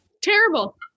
Terrible